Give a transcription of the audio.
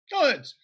Good